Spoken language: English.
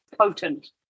potent